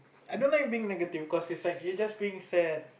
I don't like being like a you're just being sad